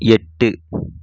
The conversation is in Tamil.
எட்டு